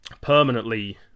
permanently